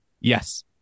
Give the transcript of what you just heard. Yes